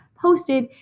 posted